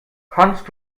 kannst